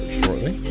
shortly